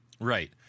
Right